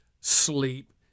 sleep